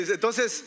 Entonces